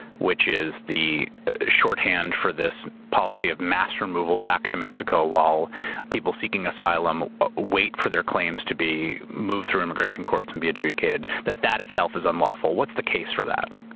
which is the shorthand for this policy of mass removal back to mexico while people seeking asylum wait for their claims to be moved through immigration courts and be adjudicated, that that itself is unlawful. what's the case for that?